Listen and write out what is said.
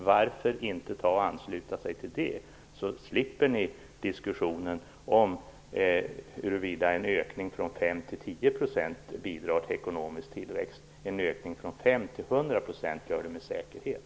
Varför ansluter ni er inte till det förslaget? Då slipper ni diskussionen om huruvida en ökning från 5 till 10 % bidrar till ekonomisk tillväxt eller ej. En ökning från 5 till 100 % gör det med säkerhet.